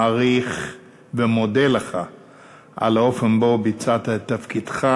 מעריך ומודה לך על האופן שבו ביצעת את תפקידך,